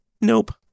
Nope